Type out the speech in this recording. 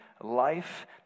life